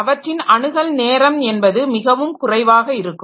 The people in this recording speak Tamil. அவற்றின் அணுகல் நேரம் என்பது மிகவும் குறைவாக இருக்கும்